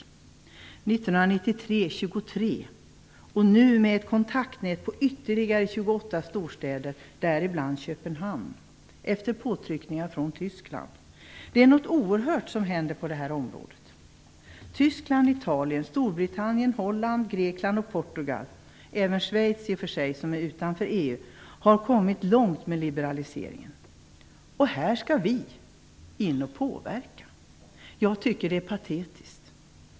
1993 var de 23, och nu finns ett kontaktnät till ytterligare 28 storstäder, däribland Köpenhamn, efter påtryckningar från Tyskland. Det är något oerhört som händer på det här området. Grekland och Portugal, i och för sig även Schweiz som är utanför EU, har kommit långt med liberaliseringen. Här skall vi in och påverka. Jag tycker att det är patetiskt.